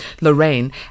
Lorraine